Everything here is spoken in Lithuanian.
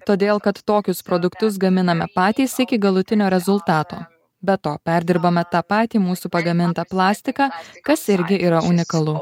todėl kad tokius produktus gaminame patys iki galutinio rezultato be to perdirbame tą patį mūsų pagamintą plastiką kas irgi yra unikalu